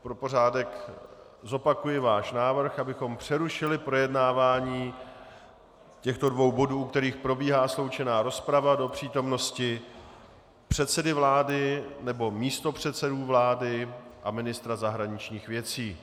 Pro pořádek zopakuji váš návrh, abychom přerušili projednávání těchto dvou bodů, u kterých probíhá sloučená rozprava, do přítomnosti předsedy vlády nebo místopředsedů vlády a ministra zahraničních věcí.